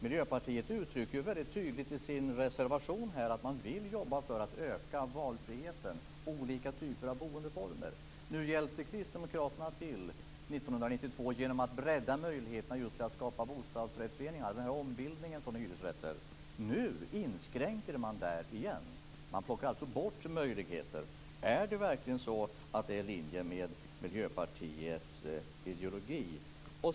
Miljöpartiet uttrycker väldigt tydligt i sin reservation att man vill jobba för att öka valfriheten mellan olika boendeformer. Kristdemokraterna hjälpte till 1992 genom att bredda möjligheten att skapa bostadsrättsföreningar genom ombildning från hyresrätter. Nu inskränker man på det området igen. Man plockar alltså bort möjligheter. Är det verkligen i linje med Miljöpartiets ideologi?